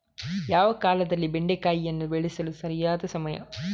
ಯಾವ ಕಾಲದಲ್ಲಿ ಬೆಂಡೆಕಾಯಿಯನ್ನು ಬೆಳೆಸಲು ಸರಿಯಾದ ಸಮಯ?